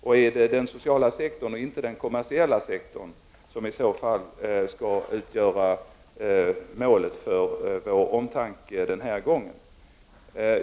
Är det den sociala och inte den kommersiella sektorn som i så fall skall utgöra målet för vår omtanke för den här gången?